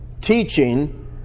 teaching